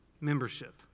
membership